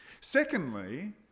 Secondly